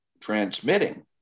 transmitting